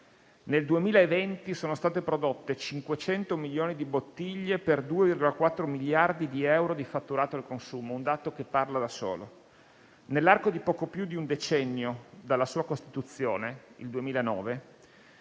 Nel 2020 sono state prodotte 500 milioni di bottiglie per 2,4 miliardi di euro di fatturato al consumo: un dato che parla da solo. Nell'arco di poco più di un decennio dalla sua costituzione, il 2009,